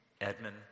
Edmund